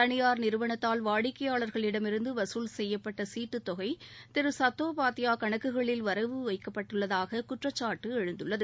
தனியார் நிறுவனத்தால் வாடிக்கையாளர்களிடமிருந்து வசூல் செய்யப்பட்ட சீட்டு தொகை திரு சத்தோ பாத்தையாகணக்குகளில் வரவு வைக்கப்பட்டதாக குற்றச்சாட்டு எழுந்துள்ளது